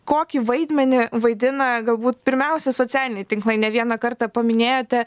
kokį vaidmenį vaidina galbūt pirmiausia socialiniai tinklai ne vieną kartą paminėjote